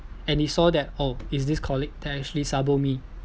and he saw that oh it's this colleague that actually sabo me